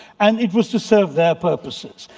and it was to serve their purposes.